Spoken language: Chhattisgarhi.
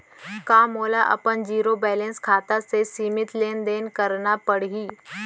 का मोला अपन जीरो बैलेंस खाता से सीमित लेनदेन करना पड़हि?